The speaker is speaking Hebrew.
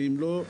ואם לא,